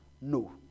No